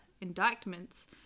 indictments